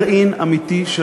יש גרעין אמיתי של